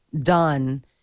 done